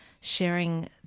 sharing